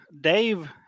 dave